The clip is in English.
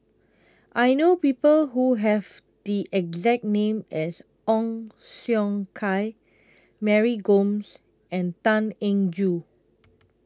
I know People Who Have The exact name as Ong Siong Kai Mary Gomes and Tan Eng Joo